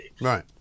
Right